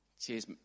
Cheers